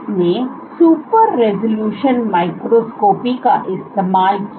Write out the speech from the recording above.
उसने super resolution microscopy का इस्तेमाल किया